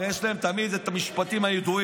הרי יש להם תמיד את המשפטים הידועים,